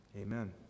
Amen